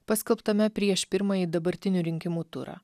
paskelbtame prieš pirmąjį dabartinių rinkimų turą